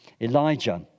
Elijah